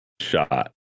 shot